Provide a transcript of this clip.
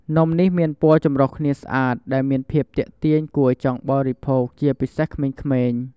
នំនេះមានពណ៌ចម្រុះគ្នាស្អាតដែលមានភាពទាក់ទាញគួរឱ្យចង់បរិភោគជាពិសេសក្មេងៗ។